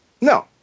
No